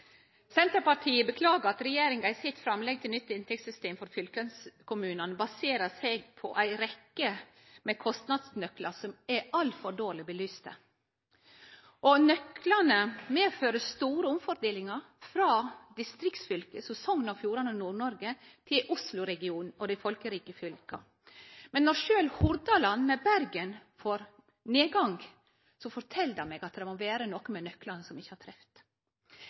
Senterpartiet beklagar at regjeringa i sitt framlegg til nytt inntektssystem for fylkeskommunane baserer seg på ei rekkje med kostnadsnøklar som er for dårleg belyste. Nøklane medfører store omfordelingar frå distriktsfylke, som Sogn og Fjordane, og Nord-Noreg til Oslo-regionen og dei folkerike fylka. Men når sjølv Hordaland, med Bergen, får nedgang, fortel det meg at det må vere noko med nøklane som ikkje har treft.